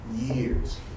years